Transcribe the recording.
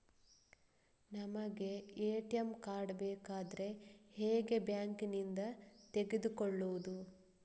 ನಮಗೆ ATM card ಬೇಕಾದ್ರೆ ಹೇಗೆ ಬ್ಯಾಂಕ್ ನಿಂದ ತೆಗೆದುಕೊಳ್ಳುವುದು?